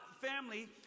family